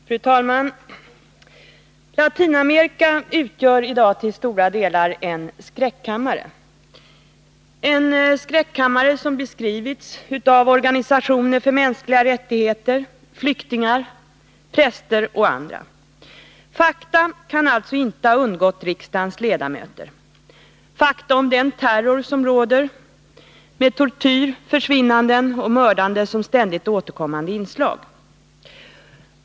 Fru talman! Latinamerika utgör i dag till stora delar en skräckkammare. Denna skräckkammare har beskrivits av organisationer för mänskliga rättigheter, flyktingar, präster och andra. Fakta kan alltså inte ha undgått riksdagens ledamöter — fakta om den terror som råder med tortyr, försvinnanden och mördande som ständigt återkommande inslag.